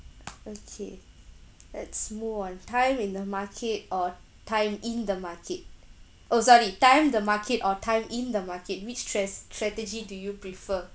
okay let's move on time in the market or time in the market oh sorry time the market or time-in the market which stra~ strategy do you prefer